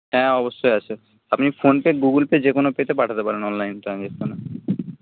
হ্যাঁ অবশ্যই আছে আপনি ফোনপে গুগুলপে যে কোনো পেতে পাঠাতে পারেন অনলাইন ট্রানজ্যাকশানে